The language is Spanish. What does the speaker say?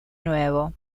nuevo